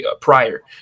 prior